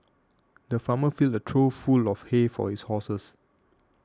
the farmer filled a trough full of hay for his horses